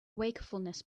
wakefulness